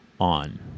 on